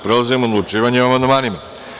Prelazimo na odlučivanje o amandmanima.